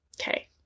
Okay